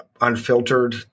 unfiltered